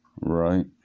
Right